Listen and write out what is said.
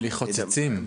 ללא חוצצים.